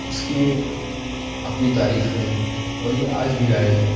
اس کی ایک اپنی تاریخ ہے اور یہ آج بھی رائج ہے